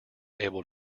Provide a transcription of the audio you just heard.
able